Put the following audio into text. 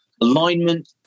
Alignment